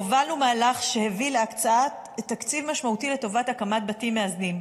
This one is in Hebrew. הובלנו מהלך שהביא להקצאת תקציב משמעותי לטובת הקמת בתים מאזנים.